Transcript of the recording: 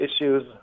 issues